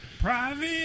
Private